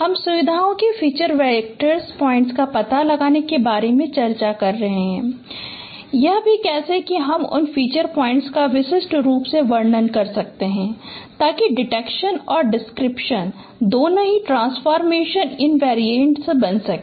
हम सुविधाओं feature points का पता लगाने के बारे में चर्चा कर रहे हैं और यह भी कि कैसे हम उन फ़ीचर पॉइंट्स का विशिष्ट रूप से वर्णन कर सकते हैं ताकि डिटेक्शन और डिस्क्रिप्शन दोनों ही ट्रांसफ़ॉरमेशन इनवेरिएंट बन सके